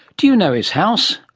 do you know his house?